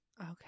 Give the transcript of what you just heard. Okay